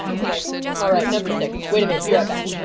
i'm like, all right number six. wait a minute be right back.